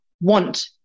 want